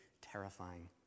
terrifying